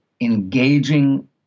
engaging